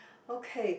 okay